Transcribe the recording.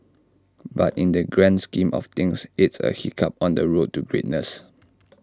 but in the grand scheme of things it's A hiccup on the road to greatness